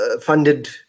Funded